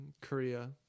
Korea